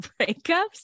breakups